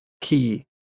key